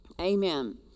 Amen